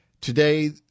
Today